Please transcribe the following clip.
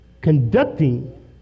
conducting